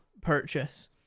purchase